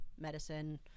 medicine